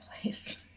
place